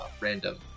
random